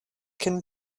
can